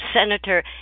Senator